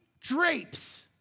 drapes